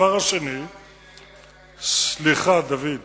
ינקת ציונות